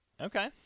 Okay